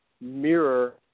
mirror